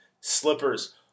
slippers